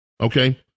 okay